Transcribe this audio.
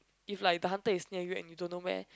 if like the hunter is near you and you don't know where